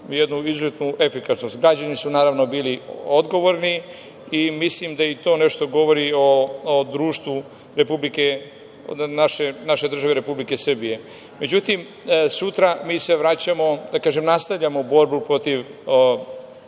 jednu izuzetnu efikasnost. Građani su, naravno, bili odgovorni i mislim da i to nešto govori o društvu naše države Republike Srbije.Međutim, sutra mi nastavljamo borbu protiv